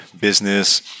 business